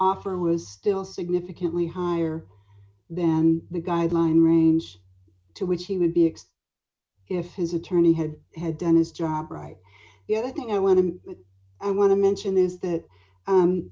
offer was still significantly higher than the guideline range to which he would be extra if his attorney had had done his job right the other thing i want to i want to mention is that